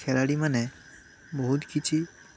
ଖେଳାଳିମାନେ ବହୁତ କିଛି